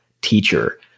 teacher